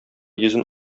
йөзен